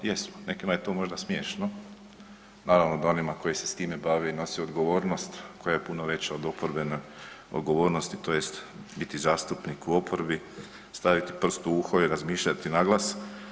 Jesmo, nekima je to možda smiješno, naravno da onima koji se s time bave nose odgovornost koja je puno veća od oporbene odgovornosti, tj. biti zastupnik u oporbi, staviti prst u uho i razmišljati na glas.